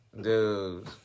dude